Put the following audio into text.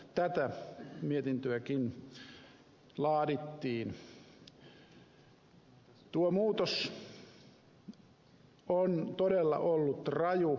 tuo muutos on todella ollut raju